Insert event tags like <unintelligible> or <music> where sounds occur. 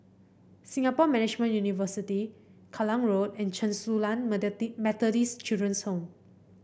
Singapore Management University Kallang Road and Chen Su Lan <unintelligible> Methodist Children's Home